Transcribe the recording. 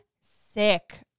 sick